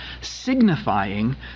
signifying